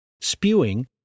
Spewing